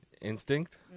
Instinct